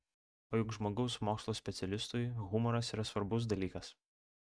o juk žmogaus mokslų specialistui humoras yra svarbus dalykas